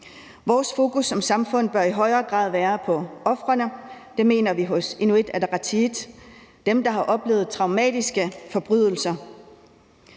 Vores fokus som samfund bør i højere grad være på ofrene, dem, der har oplevet traumatiske forbrydelser.